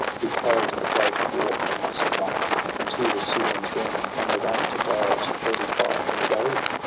who carried the great war from imacedon into the soudan's realm, and thundered on to die at thirty-five in babylon.